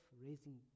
raising